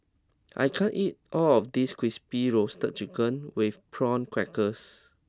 I can't eat all of this crispy roasted chicken with prawn crackers